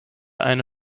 eine